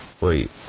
Wait